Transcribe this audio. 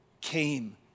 came